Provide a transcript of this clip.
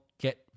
get